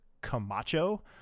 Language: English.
Camacho